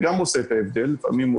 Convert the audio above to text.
זה גם עושה את ההבדל לפעמים.